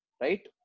right